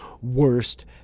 worst